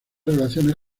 relaciones